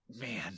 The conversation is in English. Man